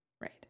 Right